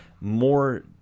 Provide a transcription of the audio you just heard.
more